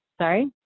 Sorry